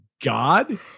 God